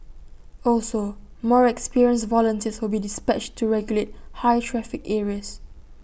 also more experienced volunteers will be dispatched to regulate high traffic areas